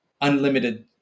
unlimited